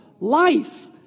life